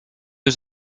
was